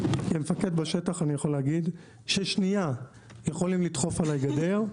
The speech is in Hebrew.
כמפקד בשטח אני יכול להגיד ששנייה יכולים לדחוף עליי גדר.